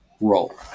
role